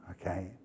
okay